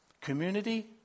Community